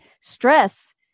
stress